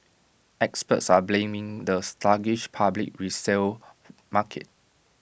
experts are blaming the sluggish public resale market